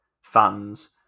fans